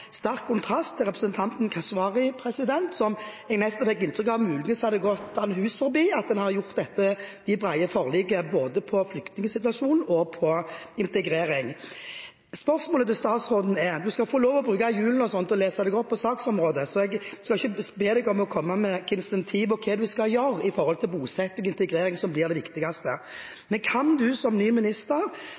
sterk kontrast til det representanten Keshvari sa, hvor jeg nesten fikk inntrykk av at det muligens hadde gått ham hus forbi at en har fått dette brede forliket når det gjelder både flyktningsituasjonen og integreringen. Spørsmålet til statsråden er – hun skal få bruke julen til å lese seg opp på saksområdet, så jeg skal ikke be henne komme med incentiver om hva hun skal gjøre for bosetting og integrering, som blir det viktigste: Kan statsråden som ny minister,